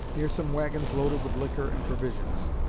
near some wagons loaded with liquor and provisions.